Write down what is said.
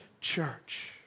church